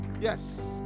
Yes